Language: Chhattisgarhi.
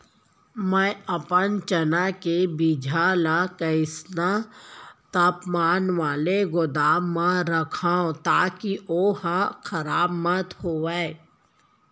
मैं अपन चना के बीजहा ल कइसन तापमान वाले गोदाम म रखव ताकि ओहा खराब मत होवय?